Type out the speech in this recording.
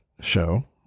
show